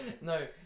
No